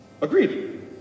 Agreed